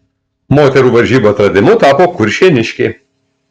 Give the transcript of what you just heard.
moterų varžybų atradimu tapo kuršėniškė